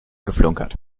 geflunkert